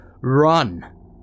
run